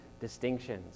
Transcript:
distinctions